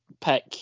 pick